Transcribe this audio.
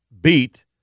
beat